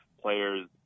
players